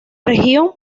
región